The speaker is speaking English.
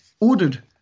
ordered